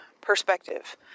perspective